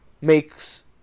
makes